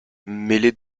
mêlé